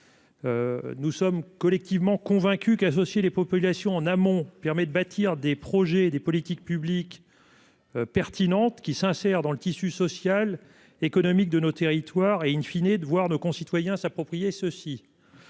Nous sommes collectivement convaincus qu'associer les populations en amont, permet de bâtir des projets et des politiques publiques. Pertinentes qui s'insèrent dans le tissu social économique de nos territoires et in fine et de voir nos concitoyens s'approprier ce si.